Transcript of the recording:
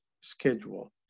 schedule